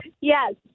Yes